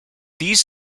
these